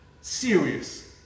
Serious